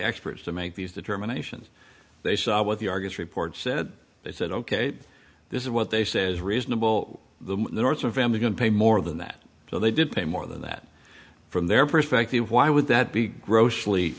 experts to make these determinations they saw what the argus report said they said ok this is what they say is reasonable the north of family can pay more than that so they did pay more than that from their perspective why would that be grossly